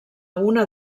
una